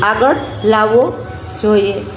આગળ લાવવો જોઈએ